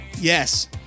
Yes